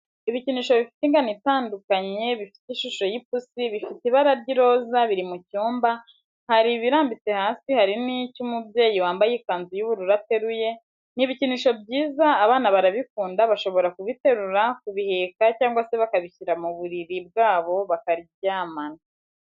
Ibikinisho bifite ingano itandukanye bifite ishusho y'ipusi, bifite ibara ry'iroza, biri mu cyumba, hari ibirambitse hasi hari n'icyo umubyeyi wambaye ikanzu y'ubururu ateruye. Ni ibikinisho byiza, abana barabikunda bashobora kubiterura, kubiheka cyangwa se bakabishyira mu buriri bwabo bakaryamana.